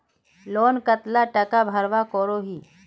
Loan कतला टाका भरवा करोही?